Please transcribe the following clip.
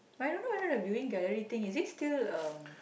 I don't know whether the viewing gallery thing is it still